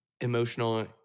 emotional